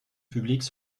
publique